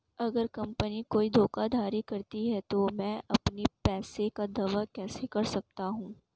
अगर कंपनी कोई धोखाधड़ी करती है तो मैं अपने पैसे का दावा कैसे कर सकता हूं?